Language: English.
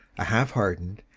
a half hardened,